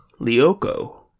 Lioko